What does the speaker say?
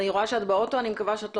אנחנו נשמח לעדכון ממך